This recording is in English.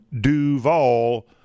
Duval